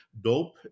dope